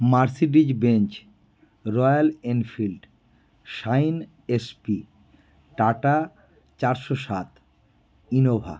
Mercedes Benz Royal Enfield Shine SP Tata চারশো সাত Innova